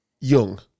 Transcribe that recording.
young